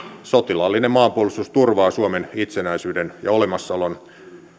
sotilaallinen maanpuolustus turvaa suomen itsenäisyyden ja olemassaolon